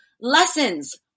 lessons